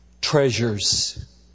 treasures